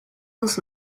uns